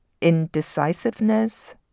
indecisiveness